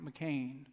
McCain